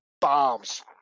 bombs